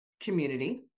community